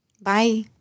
Bye